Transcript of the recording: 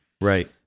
Right